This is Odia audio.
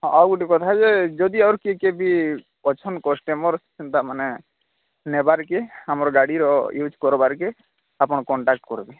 ଆଉ ଗୋଟେ କଥା ଯେ ଯଦି ଆଉ କିଏ କିଏ ବି ଅଛନ୍ତି କଷ୍ଟମର୍ ସେମିତି ମାନେ ନେବାର କେ ଆମର ଗାଡ଼ିର ୟୁଜ୍ କରିବାର କେ ଆପଣ କଣ୍ଟାକ୍ଟ କରିବେ